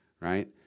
Right